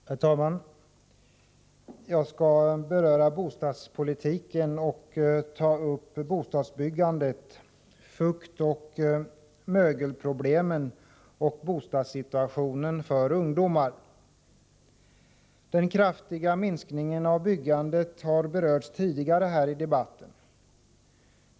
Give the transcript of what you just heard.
Herr talman! Jag skall beröra bostadspolitiken och ta upp bostadsbyggandet, fuktoch mögelproblemen samt bostadssituationen för ungdomar. Den kraftiga minskningen av byggandet har berörts tidigare i debatten.